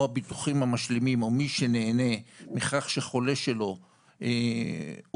הביטוחים המשלימים או מי שנהנה מכך שחולה שלו הותרם